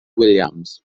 williams